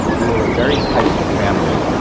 we were a very tight-knit family,